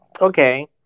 Okay